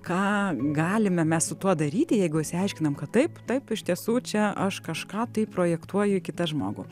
ką galime mes su tuo daryti jeigu išsiaiškinom kad taip taip iš tiesų čia aš kažką tai projektuoju į kitą žmogų